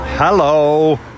Hello